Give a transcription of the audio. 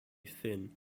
finn